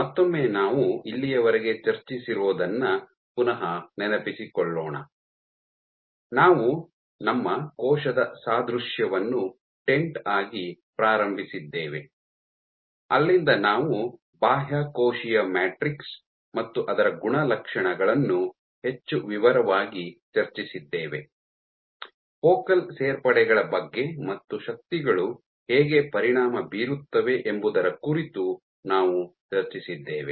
ಮತ್ತೊಮ್ಮೆ ನಾವು ಇಲ್ಲಿಯವರೆಗೆ ಚರ್ಚಿಸಿರೋದನ್ನು ಪುನಃ ನೆನಪಿಸಿಕೊಳ್ಳೋಣ ನಾವು ನಮ್ಮ ಕೋಶದ ಸಾದೃಶ್ಯವನ್ನು ಟೆಂಟ್ ಆಗಿ ಪ್ರಾರಂಭಿಸಿದ್ದೇವೆ ಅಲ್ಲಿಂದ ನಾವು ಬಾಹ್ಯಕೋಶೀಯ ಮ್ಯಾಟ್ರಿಕ್ಸ್ ಮತ್ತು ಅದರ ಗುಣಲಕ್ಷಣಗಳನ್ನು ಹೆಚ್ಚು ವಿವರವಾಗಿ ಚರ್ಚಿಸಿದ್ದೇವೆ ಫೋಕಲ್ ಸೇರ್ಪಡೆಗಳ ಬಗ್ಗೆ ಮತ್ತು ಶಕ್ತಿಗಳು ಹೇಗೆ ಪರಿಣಾಮ ಬೀರುತ್ತವೆ ಎಂಬುದರ ಕುರಿತು ನಾವು ಚರ್ಚಿಸಿದ್ದೇವೆ